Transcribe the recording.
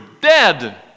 dead